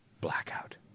Blackout